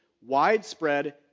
widespread